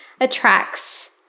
attracts